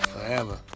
Forever